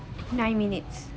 nine minutes